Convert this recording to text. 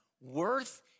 worth